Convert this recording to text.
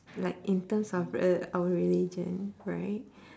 like in terms of rel~ our religion right